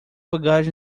bagagem